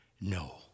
No